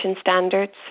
standards